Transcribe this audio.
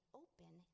open